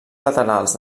laterals